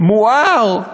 מואר,